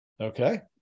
Okay